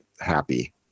happy